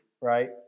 right